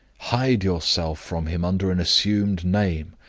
hide yourself from him under an assumed name.